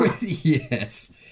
Yes